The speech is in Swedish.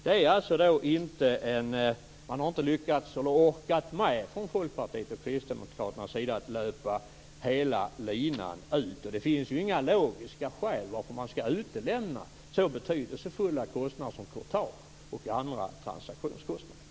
Man har från Folkpartiets och Kristdemokraternas sida inte lyckats eller orkat med att löpa hela linan ut. Och det finns ju inga logiska skäl till att man skall utelämna så betydelsefulla kostnader som courtage och andra transaktionskostnader.